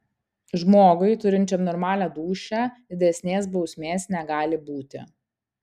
žmogui turinčiam normalią dūšią didesnės bausmės negali būti